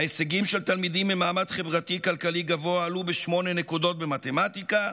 ההישגים של תלמידים ממעמד חברתי כלכלי גבוה עלו ב-8 נקודות במתמטיקה,